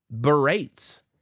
berates